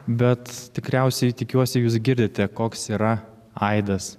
bet tikriausiai tikiuosi jūs girdite koks yra aidas